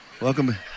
Welcome